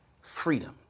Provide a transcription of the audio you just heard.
freedom